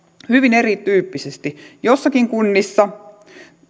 hyvin erityyppisesti joissakin kunnissa